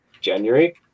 January